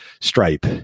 Stripe